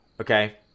okay